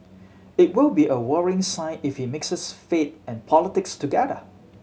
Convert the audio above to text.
it will be a worrying sign if he mixes faith and politics together